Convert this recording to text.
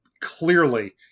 clearly